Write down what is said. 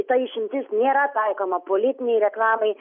ta išimtis nėra taikoma politinei reklamai